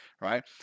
right